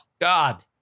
God